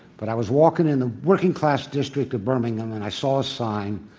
but i was walking in the working-class district of birmingham, and i saw a sign,